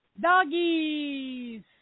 Doggies